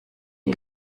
die